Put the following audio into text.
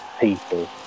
people